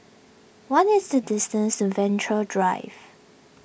what is the distance Venture Drive